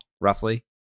Roughly